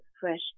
fresh